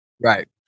Right